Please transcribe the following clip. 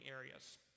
areas